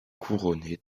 couronnées